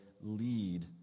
lead